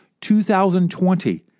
2020